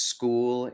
School